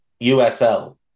USL